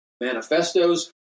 manifestos